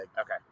Okay